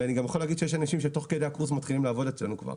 ואני גם יכול להגיד שיש אנשים שתוך כדי הקורס מתחילים לעבוד אצלנו כבר.